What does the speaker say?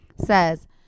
says